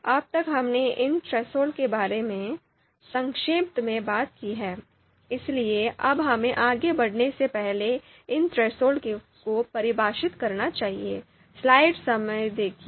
अब तक हमने इन थ्रेसहोल्ड के बारे में संक्षेप में बात की है इसलिए अब हमें आगे बढ़ने से पहले इन थ्रेसहोल्ड को परिभाषित करना चाहिए